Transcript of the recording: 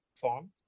form